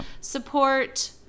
support